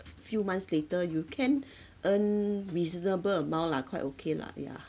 f~ few months later you can earn reasonable amount lah quite okay lah yeah